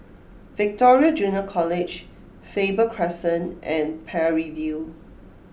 Victoria Junior College Faber Crescent and Parry View